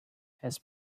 has